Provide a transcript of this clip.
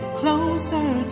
closer